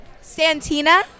Santina